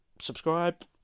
Subscribe